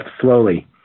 slowly